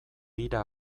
bira